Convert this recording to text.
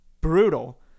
brutal